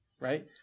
right